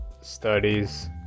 studies